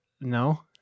No